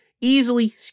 easily